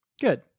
Good